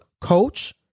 coach